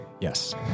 yes